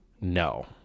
No